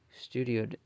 Studio